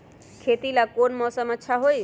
खेती ला कौन मौसम अच्छा होई?